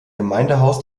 gemeindehaus